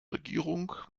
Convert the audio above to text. regierung